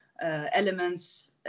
elements